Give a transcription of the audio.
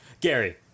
Gary